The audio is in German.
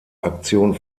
aktion